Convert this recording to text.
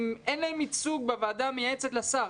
אם אין להם ייצוג בוועדה המייעצת לשר.